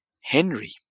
Henry